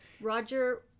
Roger